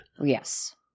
Yes